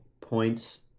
points